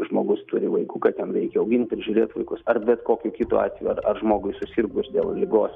žmogus turi vaikų kad jam reikia augint prižiūrėt vaikus ar bet kokiu kitu atveju ar žmogui susirgus dėl ligos